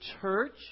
church